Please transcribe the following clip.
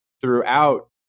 throughout